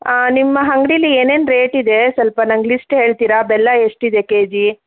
ಹಾಂ ನಿಮ್ಮ ಅಂಗಡಿಯಲ್ಲಿ ಏನೇನು ರೇಟ್ ಇದೆ ಸ್ವಲ್ಪ ನನಗೆ ಲಿಸ್ಟ್ ಹೇಳ್ತೀರಾ ಬೆಲ್ಲ ಎಷ್ಟು ಇದೆ ಕೆಜಿ